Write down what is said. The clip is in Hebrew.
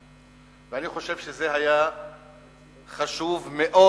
ואני חושב שזה היה חשוב מאוד